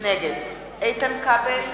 נגד איתן כבל,